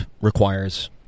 requires